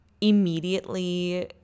immediately